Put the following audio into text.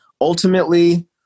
ultimately